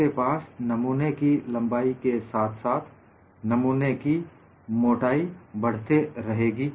आपके पास नमूने की लंबाई के साथ साथ नमूने की मोटाई बढते रहेगी